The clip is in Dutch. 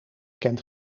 kent